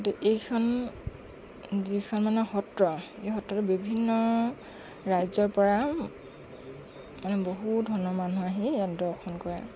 এতিয়া এইখন যিখন আমাৰ সত্ৰ এই সত্ৰত বিভিন্ন ৰাজ্যৰ পৰা মানে বহু ধৰণৰ মানুহ আহি ইয়াত দৰ্শন কৰে